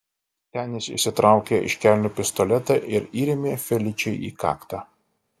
senis išsitraukė iš kelnių pistoletą ir įrėmė feličei į kaktą